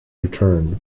returned